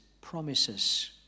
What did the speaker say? promises